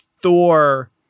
thor